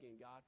God